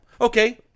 Okay